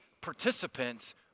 participants